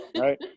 right